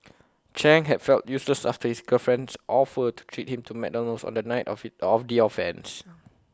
chang had felt useless after his girlfriend's offer to treat him to McDonald's on the night of IT of the offence